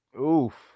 Oof